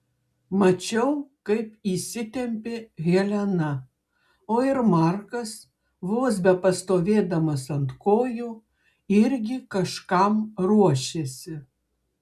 mačiau kaip įsitempė helena o ir markas vos bepastovėdamas ant kojų irgi kažkam ruošėsi